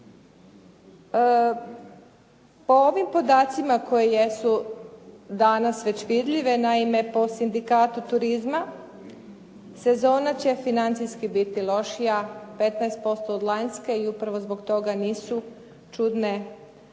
Po ovim podacima koji jesu danas već vidljivi naime po sindikatu turizma, sezona će financijski biti lošija 15% od lanjske i upravo zbog toga nisu čudna